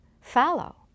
fallow